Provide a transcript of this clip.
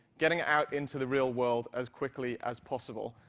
getting out into the real world as quickly as possible.